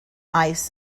ice